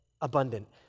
abundant